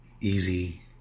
easy